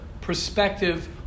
perspective